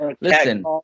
Listen